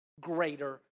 greater